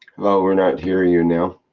well, we're not hearing you now.